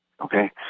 okay